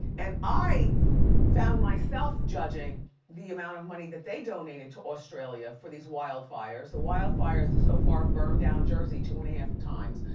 and i found myself judging the amount of money that they donated to australia for these wildfires. the wildfires so far burned down jersey two and a half times.